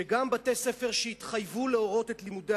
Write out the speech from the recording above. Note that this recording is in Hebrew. שגם בתי-ספר שהתחייבו להורות את לימודי